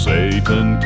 Satan